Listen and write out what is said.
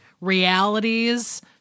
realities